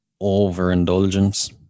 overindulgence